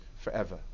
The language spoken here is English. forever